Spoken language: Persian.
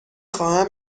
خواهم